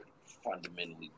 fundamentally